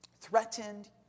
threatened